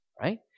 right